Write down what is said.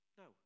no